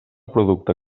producte